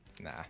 Nah